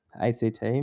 ACT